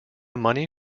money